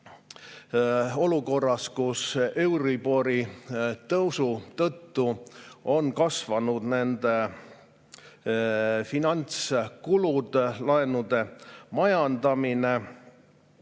olukorras, kus euribori tõusu tõttu on kasvanud nende finantskulud, [kallinenud] laenude majandamine.